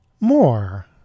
more